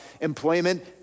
employment